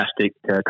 fantastic